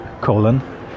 colon